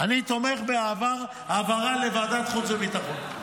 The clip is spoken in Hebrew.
אני תומך בהעברה לוועדת החוץ והביטחון.